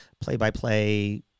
play-by-play